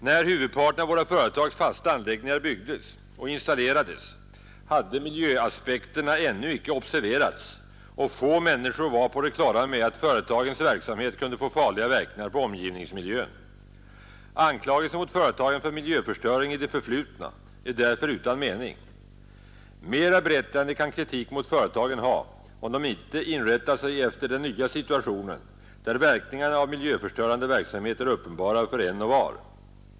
När huvudparten av våra företags fasta anläggningar byggdes och installerades hade miljöaspekterna ännu icke observerats, och få människor var på det klara med att företagens verksamhet kunde få farliga verkningar på omgivningsmiljön. Anklagelser mot företagen för miljöförstöring i det förflutna är därför utan mening. Mera berättigande kan kritik mot företagen ha om de icke inrättar sig efter den nya situationen, där verkningarna av miljöförstörande verksamhet är uppenbara för en och var.